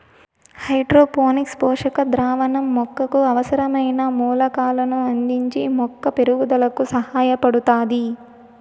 hydroponics పోషక ద్రావణం మొక్కకు అవసరమైన మూలకాలను అందించి మొక్క పెరుగుదలకు సహాయపడుతాది